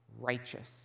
righteous